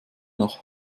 nach